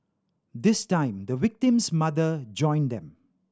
this time the victim's mother joined them